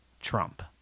Trump